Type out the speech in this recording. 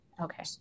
Okay